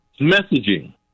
messaging